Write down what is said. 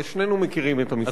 הרי שנינו מכירים את המספרים.